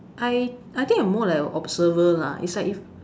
I I think I am more like an observer lah is like if